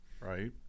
Right